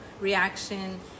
reaction